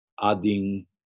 adding